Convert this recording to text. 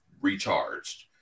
recharged